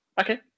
Okay